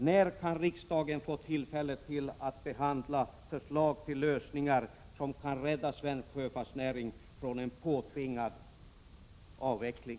När kan riksdagen få tillfälle att behandla förslag till lösningar, som kan rädda svensk sjöfartsnäring från en påtvingad avveckling?